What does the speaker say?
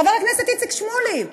חבר הכנסת איציק שמולי,